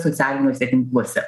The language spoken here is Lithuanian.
socialiniuose tinkluose